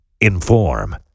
inform